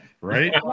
Right